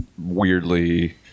weirdly